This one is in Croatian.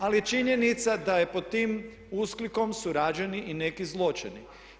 Ali je činjenica da je pod tim usklikom su rađeni i neki zločini.